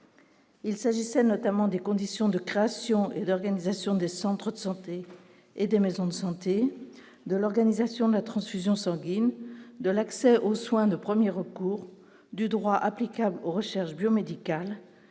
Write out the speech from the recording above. il s'agissait notamment des conditions de création et d'organisation des centres de santé et des maisons de santé de l'organisation de la transfusion sanguine de l'accès aux soins de 1er recours du droit applicable aux recherches biomédicales